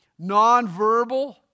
Nonverbal